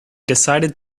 decided